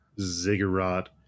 ziggurat